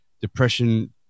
depression